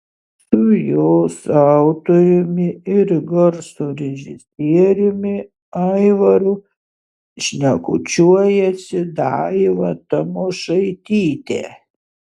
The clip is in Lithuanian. su jos autoriumi ir garso režisieriumi aivaru šnekučiuojasi daiva tamošaitytė